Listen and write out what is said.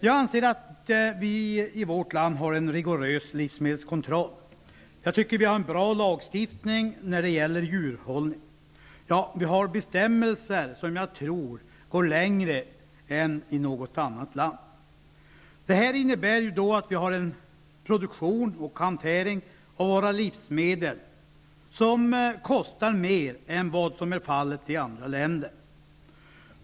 Jag anser att vi i vårt land har en rigorös livsmedelskontroll, och jag tycker att vi har en bra lagstiftning när det gäller djurhållning. Vi har bestämmelser som jag tror går längre än i något annat land. Det här innebär att vi har en produktion och hantering av våra livsmedel som kostar mer än vad som är fallet i andra länder.